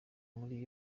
muri